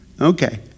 Okay